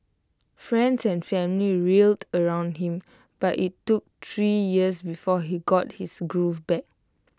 friends and family rallied around him but IT took three years before he got his groove back